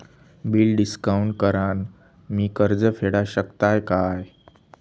Bill discount करान मी कर्ज फेडा शकताय काय?